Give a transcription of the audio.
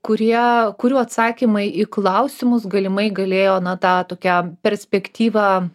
kurie kurių atsakymai į klausimus galimai galėjo na tą tokią perspektyvą